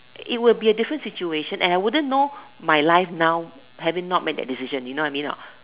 it will be a different situation and I wouldn't know my life now having not made that decision you know what I mean or not